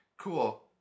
cool